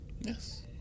Yes